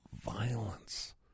violence